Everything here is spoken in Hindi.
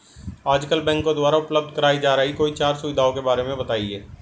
आजकल बैंकों द्वारा उपलब्ध कराई जा रही कोई चार सुविधाओं के बारे में बताइए?